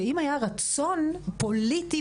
שאם היה רצון פוליטי במובן.